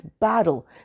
battle